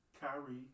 Kyrie